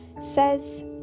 says